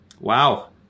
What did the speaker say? wow